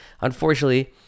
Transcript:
unfortunately